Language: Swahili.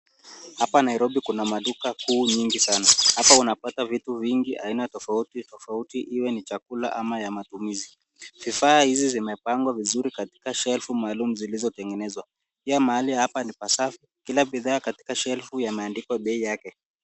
Hapa Nairobi kuna maduka kuu nyingi sana. Hapa unapata vitu vingi aina tofauti tofauti iwe ni chakula ama ya matumizi . Vifaa hivi vimepangwa vizuri katika shelf maalum zilizo tengenezwa. Pia mahali hapa ni pasafi . Kila bidhaa katika shelf imeandikwa bei yake.